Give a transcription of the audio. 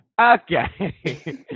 Okay